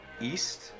east